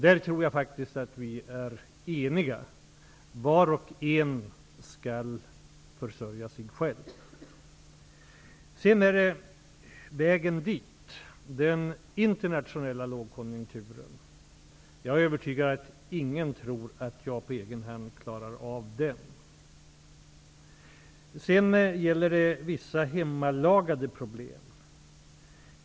Jag tror faktiskt att vi är eniga om att var och en skall försörja sig själv. Jag är övertygad om att ingen tror att jag på egen hand klarar av den internationella lågkonjunkturen. Det handlar också om vissa hemmalagade problem.